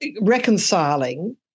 reconciling